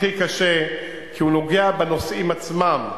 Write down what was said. הכי קשה, כי הוא נוגע בנוסעים עצמם.